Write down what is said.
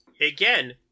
Again